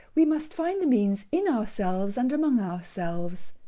we must find the means in ourselves, and among ourselves.